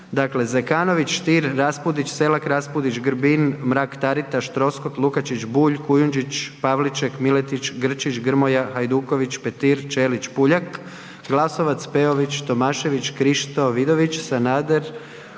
Dakle Zekanović, Stier, Raspudić, Selak Raspudić, Grbin, Mrak-Taritaš, Troskot, Lukačić, Bulj, Kujundžić, Pavliček, Miletić, Grčić, Grmoja, Hajduković, Petir, Ćelić, Puljak, Glasovac, Pejović, Tomašević, Krišto Vidović, Sanader,